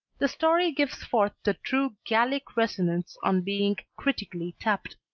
the story gives forth the true gallic resonance on being critically tapped.